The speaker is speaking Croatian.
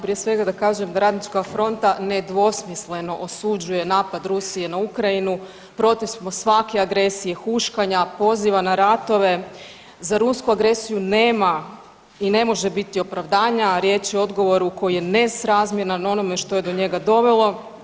Prije svega, da kažem da Radnička fronta nedvosmisleno osuđuje napad Rusije na Ukrajinu, protiv smo svake agresije, huškanja, poziva na ratove, za rusku agresiju nema i ne može biti opravdanja, riječ je o odgovoru koji je nesrazmjeran onoga što je do njega dovelo.